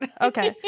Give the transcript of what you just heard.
Okay